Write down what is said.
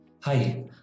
Hi